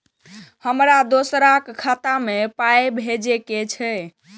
हमरा दोसराक खाता मे पाय भेजे के छै?